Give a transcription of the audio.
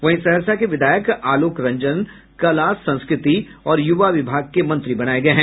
वहीं सहरसा के विधायक आलोक रंजन कला संस्कृति और युवा विभाग के मंत्री बनाये गये हैं